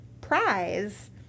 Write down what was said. prize